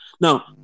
Now